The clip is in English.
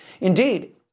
Indeed